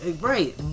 Right